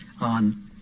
on